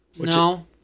No